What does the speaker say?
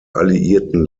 alliierten